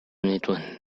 nituen